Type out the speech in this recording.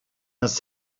has